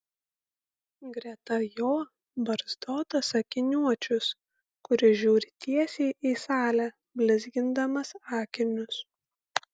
greta jo barzdotas akiniuočius kuris žiūri tiesiai į salę blizgindamas akinius